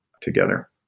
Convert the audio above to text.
together